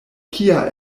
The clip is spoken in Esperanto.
kia